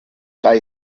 bei